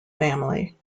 family